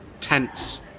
tense